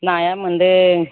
नाया मोनदों